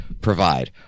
provide